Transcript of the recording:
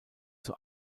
zur